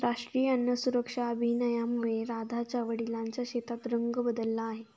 राष्ट्रीय अन्न सुरक्षा अभियानामुळे राधाच्या वडिलांच्या शेताचा रंग बदलला आहे